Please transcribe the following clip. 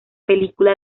película